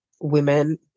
women